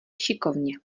šikovně